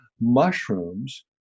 mushrooms